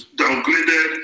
downgraded